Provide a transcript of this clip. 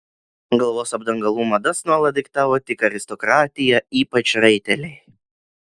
galvos apdangalų madas nuolat diktavo tik aristokratija ypač raiteliai